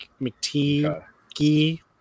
McTeague